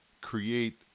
create